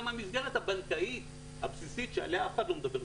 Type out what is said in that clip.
גם המסגרת הבנקאית הבסיסית שעליה אף אחד לא מדבר,